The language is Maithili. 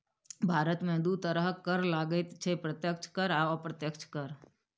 भारतमे दू तरहक कर लागैत छै प्रत्यक्ष कर आ अप्रत्यक्ष कर